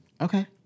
Okay